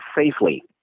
safely